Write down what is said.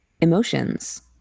emotions